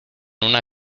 una